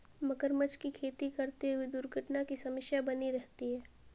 मगरमच्छ की खेती करते हुए दुर्घटना की समस्या बनी रहती है